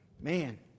man